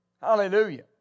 Hallelujah